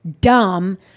dumb